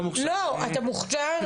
לא מוכשר,